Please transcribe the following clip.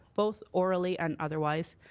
both orally and otherwise.